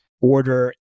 order